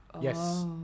Yes